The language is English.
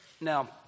Now